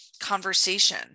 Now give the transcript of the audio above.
conversation